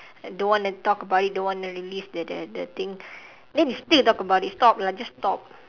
don't wanna talk about it don't wanna release the the the thing then you still talk about it stop lah just stop